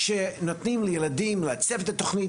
בו נותנים לילדים לעצב ולהפעיל את התכנית,